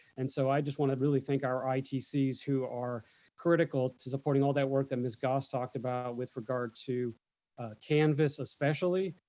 and so i just wanna really think our itcs who are critical to supporting all that work that miss goss talked about with regard to canvas especially,